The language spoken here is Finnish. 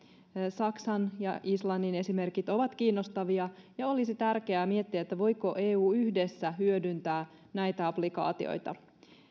saksan ja islannin esimerkit ovat kiinnostavia ja olisi tärkeää miettiä voiko eu yhdessä hyödyntää näitä applikaatioita